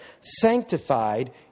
sanctified